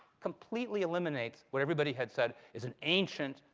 completely eliminates what everybody had said is an ancient,